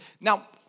Now